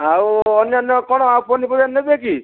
ଆଉ ଅନ୍ୟାନ୍ୟ କଣ ଆଉ ପନିପରିବା ନେବେ କି